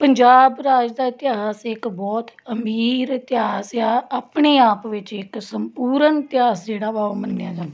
ਪੰਜਾਬ ਰਾਜ ਦਾ ਇਤਿਹਾਸ ਇੱਕ ਬਹੁਤ ਅਮੀਰ ਇਤਿਹਾਸ ਆ ਆਪਣੇ ਆਪ ਵਿੱਚ ਇੱਕ ਸੰਪੂਰਨ ਇਤਿਹਾਸ ਜਿਹੜਾ ਵਾ ਉਹ ਮੰਨਿਆ ਜਾਂਦਾ